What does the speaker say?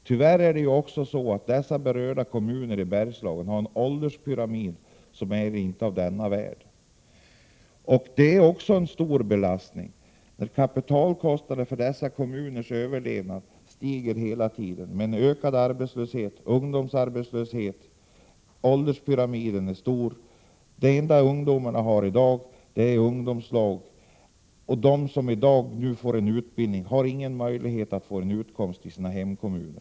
Tyvärr har berörda kommuner i Bergslagen en ålderspyramid som inte är av denna världen, vilket också utgör en stor belastning. Kapitalkostnaderna för dessa kommuners överlevnad stiger hela tiden, eftersom arbetslösheten ökar. Man kan också peka på ungdomsarbetslösheten och, som sagt, på den onormala ålderspyramiden. Det enda som ungdomarna erbjuds i dag är ungdomslag. De som i dag får utbildning har inga möjligheter att senare få sin utkomst i hemkommunen.